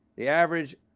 the average